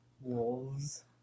wolves